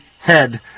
head